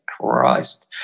christ